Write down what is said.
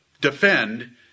defend